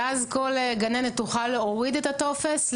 ואז כל גננת תוכל להוריד את הטופס,